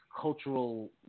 cultural